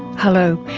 hello,